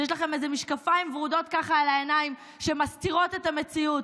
שיש לכם משקפיים ורודים על העיניים שמסתירים את המציאות.